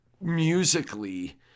musically